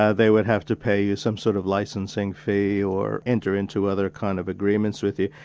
ah they would have to pay you some sort of licensing fee or enter into other kind of agreements with you.